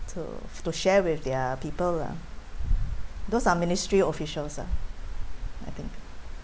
to to share with their people lah those are ministry officials ah